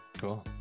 Cool